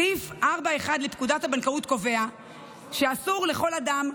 סעיף 4(1) לפקודת הבנקאות קובע שאסור לכל אדם,